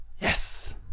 Yes